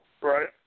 Right